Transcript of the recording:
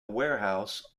warehouse